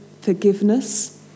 forgiveness